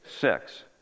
Six